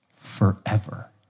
forever